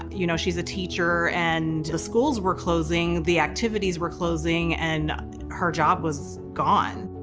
you know she's a teacher and the schools were closing, the activities were closing, and her job was gone.